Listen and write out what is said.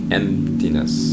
emptiness